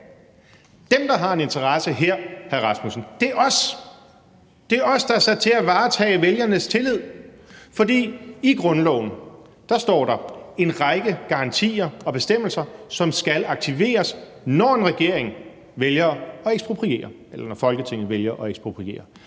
her, hr. Søren Egge Rasmussen, er os. Det er os, der er sat til at varetage vælgernes tillid, for i grundloven står der en række garantier og bestemmelser, som skal aktiveres, når Folketinget vælger at ekspropriere,